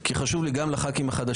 כי זה חשוב לי גם עבור חברי הכנסת החדשים.